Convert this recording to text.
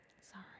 Sorry